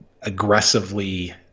aggressively